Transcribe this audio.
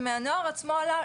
ומהנוער עצמו עלה,